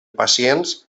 pacients